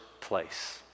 place